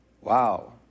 wow